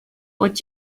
what